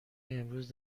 امروز